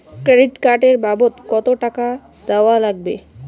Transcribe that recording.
Credit card এর বাবদ কতো টাকা দেওয়া লাগবে?